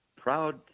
proud